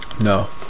No